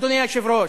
אדוני היושב-ראש,